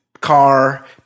car